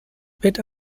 wird